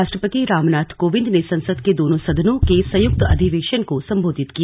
राष्ट्रपति राम नाथ कोविंद ने संसद के दोनों सदनों के संयुक्त अधिवेशन को संबोधित किया